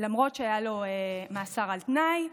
למרות שהיה לו מאסר על תנאי,